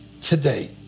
today